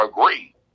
agree